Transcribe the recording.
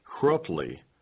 corruptly